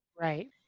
Right